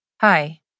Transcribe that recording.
Hi